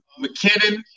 McKinnon